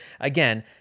Again